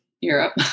Europe